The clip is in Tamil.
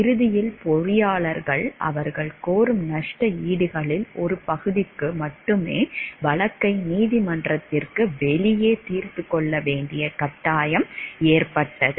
இறுதியில் பொறியாளர்கள் அவர்கள் கோரும் நஷ்ட ஈடுகளில் ஒரு பகுதிக்கு மட்டுமே வழக்கை நீதிமன்றத்திற்கு வெளியே தீர்த்துக் கொள்ள வேண்டிய கட்டாயம் ஏற்பட்டது